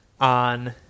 on